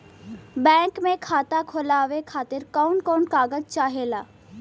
Bank मे खाता खोलवावे खातिर कवन कवन कागज चाहेला?